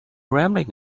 rambling